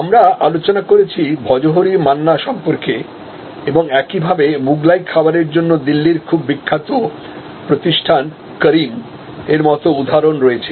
আমরা আলোচনা করেছি ভজহরি মান্না সম্পর্কে এবং একইভাবে মুগলাই খাবারের জন্য দিল্লির খুব বিখ্যাত প্রতিষ্ঠান করিমের মতো উদাহরণ রয়েছে